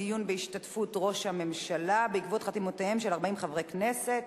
דיון בהשתתפות ראש הממשלה בעקבות חתימותיהם של 40 חברי כנסת.